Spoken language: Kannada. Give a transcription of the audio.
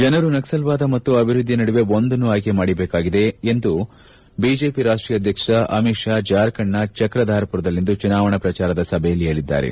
ಜನರು ನಕ್ಲಲ್ವಾದ ಮತ್ತು ಅಭಿವ್ಯದ್ದಿಯ ನಡುವೆ ಒಂದನ್ನು ಆಯ್ಕೆ ಮಾಡಬೇಕಾಗಿದೆ ಎಂದು ಬಿಜೆಪಿ ರಾಷ್ಷೀಯ ಅಧ್ಯಕ್ಷ ಅಮಿತ್ ಶಾ ಜಾರ್ಖಂಡ್ ನ ಚಕ್ರಧಾರ್ಪುರದಲ್ಲಿಂದು ಚುನಾವಣಾ ಪ್ರಚಾರ ಸಭೆಯಲ್ಲಿ ಹೇಳಿದ್ದಾರೆ